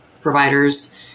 providers